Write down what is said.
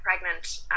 pregnant